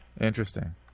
Interesting